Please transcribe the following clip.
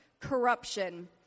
corruption